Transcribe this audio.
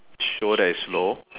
show that is slow